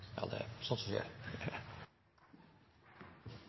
Ja, vi